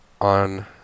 on